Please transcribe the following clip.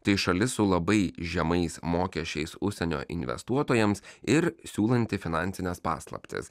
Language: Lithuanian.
tai šalis su labai žemais mokesčiais užsienio investuotojams ir siūlanti finansines paslaptis